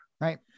Right